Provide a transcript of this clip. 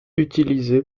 utilisée